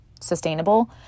sustainable